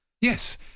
Yes